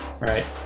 right